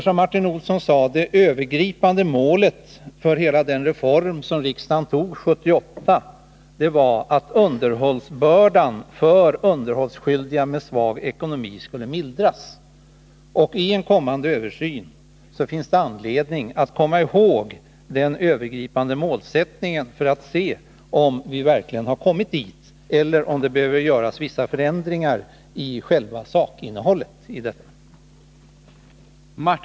Som Martin Olsson sade var ju det övergripande målet för hela den reform som riksdagen 1978 fattade beslut om att underhållsbördan för underhållsskyldiga med svag ekonomi skulle mildras. I en kommande översyn finns det anledning att komma ihåg den övergripande målsättningen och se efter om vi verkligen har kommit dit eller om det behöver göras vissa förändringar av själva sakinnehållet.